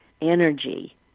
energy